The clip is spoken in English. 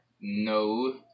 No